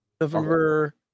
November